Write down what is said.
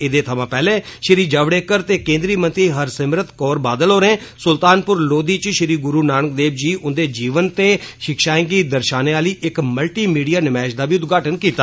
एहदे थमां पैहले श्री जावडेकर ते केन्द्री मंत्री हरसिमरत कौर बादल होरें सुल्तानपुर लोधी च श्री गुरू नानक देव जी हुंदे जीवन ते षिक्षाएं गी दर्षाने आली इक मल्टीमीडिया नमैष दा बी उद्घाटन कीता